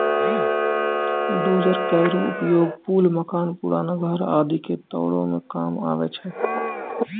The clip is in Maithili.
डोजर केरो उपयोग पुल, मकान, पुराना घर आदि क तोरै म काम आवै छै